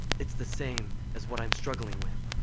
it's the same as what i'm struggling with.